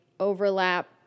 overlap